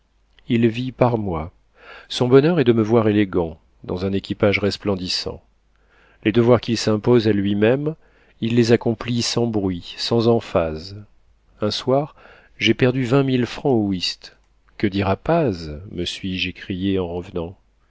il vit par moi son bonheur est de me voir élégant dans un équipage resplendissant les devoirs qu'il s'impose à lui-même il les accomplit sans bruit sans emphase un soir j'ai perdu vingt mille francs au whist que dira paz me suis-je écrié en revenant